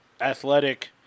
athletic